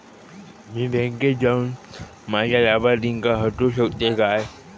मी बँकेत जाऊन माझ्या लाभारतीयांका हटवू शकतय काय?